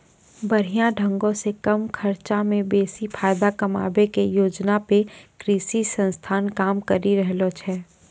बढ़िया ढंगो से कम खर्चा मे बेसी फायदा कमाबै के योजना पे कृषि संस्थान काम करि रहलो छै